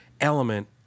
element